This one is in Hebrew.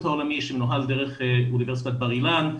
העולמי שמנוהל דרך אוניברסיטת בר אילן,